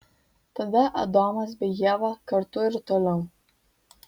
tada adomas bei ieva kartu ir toliau